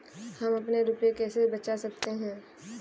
हम अपने रुपये कैसे बचा सकते हैं?